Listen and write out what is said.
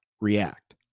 react